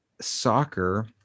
soccer